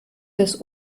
des